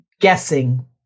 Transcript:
guessing